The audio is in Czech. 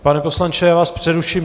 Pane poslanče, já vás přeruším.